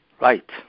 Right